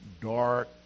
dark